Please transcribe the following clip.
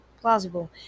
plausible